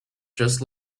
just